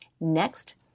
Next